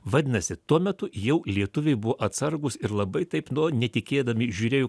vadinasi tuo metu jau lietuviai buvo atsargūs ir labai taip no netikėdami žiūrėjo